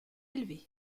élevé